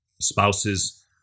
spouses